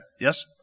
Yes